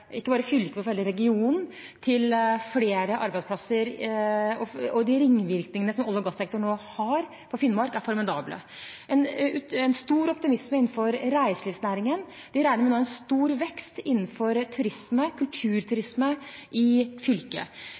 regionen – til flere arbeidsplasser, og de ringvirkningene som olje- og gassektoren nå har for Finnmark, er formidable. Det er stor optimisme innenfor reiselivsnæringen. De regner med en stor vekst innenfor turisme – kulturturisme – i fylket.